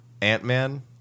Ant-Man